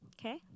okay